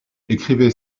écrivez